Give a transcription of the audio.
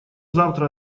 завтра